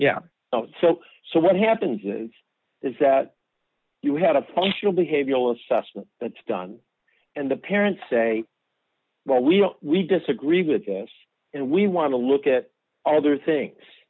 yeah so so what happens is is that you have a functional behavioral assessment that's done and the parents say well we we disagree with this and we want to look at other things